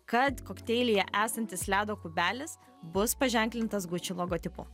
kad kokteilyje esantis ledo kubelis bus paženklintas gucci logotipu